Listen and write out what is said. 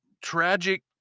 tragic